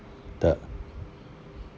the